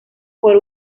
por